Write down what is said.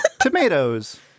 Tomatoes